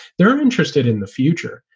they're um interested in the future.